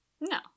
No